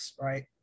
right